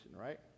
right